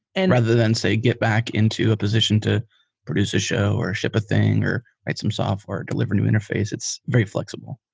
and rather than say, get back into a position to produce a show or ship a thing or create some software or deliver new interface. it's very flexible.